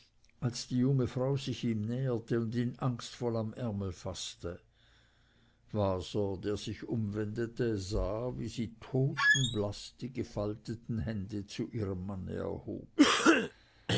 als die junge frau sich ihm näherte und ihn angstvoll am ärmel faßte waser der sich umwendete sah wie sie totenblaß die gefalteten hände zu ihrem manne erhob